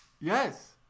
Yes